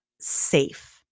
safe